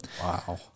Wow